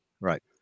Right